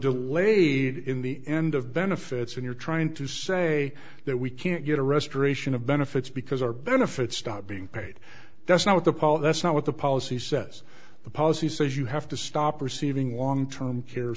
delayed in the end of benefits and you're trying to say that we can't get a restoration of benefits because our benefits stop being paid that's not the paul that's not what the policy says the policy says you have to stop receiving long term care